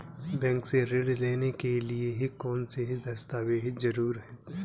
Bank से ऋण लेने के लिए कौन से दस्तावेज की जरूरत है?